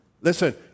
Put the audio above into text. Listen